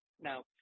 Now